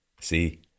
See